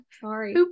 sorry